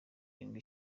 irindwi